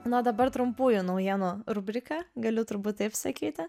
na dabar trumpųjų naujienų rubriką galiu turbūt taip sakyti